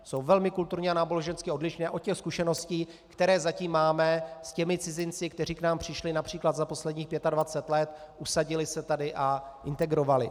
Jsou velmi kulturně a nábožensky odlišné od těch zkušeností, které zatím máme s těmi cizinci, kteří k nám přišli například za posledních 25 let, usadili se tady a integrovali.